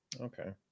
Okay